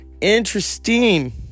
Interesting